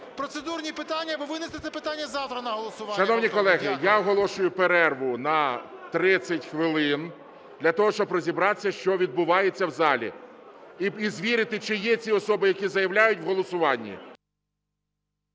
процедурні питання або винести це питання завтра на голосування. Дякую. ГОЛОВУЮЧИЙ. Шановні колеги, я оголошую перерву на 30 хвилин для того, щоб розібратися, що відбувається в залі, і звірити, чи є ці особи, які заявляють в голосуванні.